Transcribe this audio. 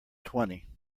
twenty